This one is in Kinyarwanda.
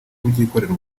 kubyikorera